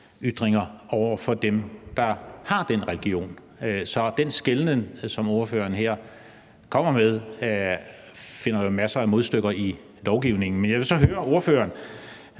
ytringer over for dem, der har den religion. Så den skelnen, som ordføreren her kommer med, finder man jo masser af modstykker til i lovgivningen. Men jeg vil så høre ordføreren: